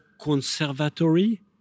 conservatory